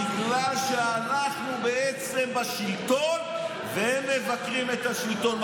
בגלל שאנחנו השלטון והם מבקרים את השלטון,